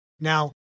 Now